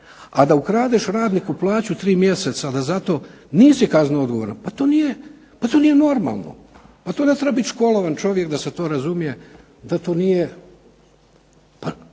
A da ukradeš radniku plaću 3 mjeseca, a da za to nisi kazneno odgovoran pa to nije normalno! Pa to ne treba biti školovan čovjek da se to razumije da to nije,